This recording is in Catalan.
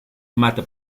mata